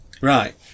Right